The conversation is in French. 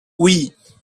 oui